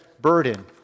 burden